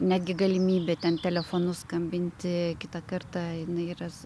netgi galimybė ten telefonu skambinti kitą kartą jinai yra